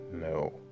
No